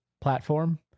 platform